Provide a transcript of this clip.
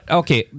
okay